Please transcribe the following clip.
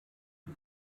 die